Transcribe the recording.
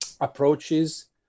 approaches